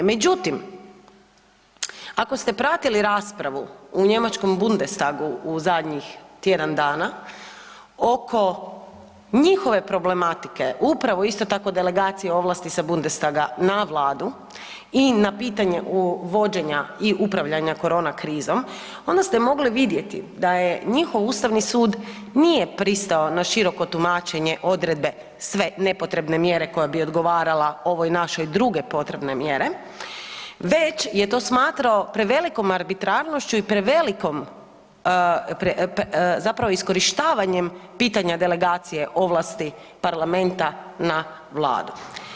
Međutim, ako ste pratili raspravu u njemačkom Bundestagu u zadnjih tjedan dana, oko njihove problematike upravo isto tako delegacije ovlasti sa Bundestaga na vladu i na pitanje vođenja i upravljanja korona krizom onda ste mogli vidjeti da je njihov ustavni sud nije pristao na široko tumačenje odredbe „sve nepotrebne mjere koje bi odgovarala ovoj našoj druge potrebne mjere“ već je to smatrao prevelikom arbitrarnošću i prevelikom, zapravo iskorištavanjem pitanja delegacije ovlasti parlamenta na vladu.